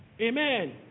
Amen